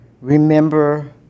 remember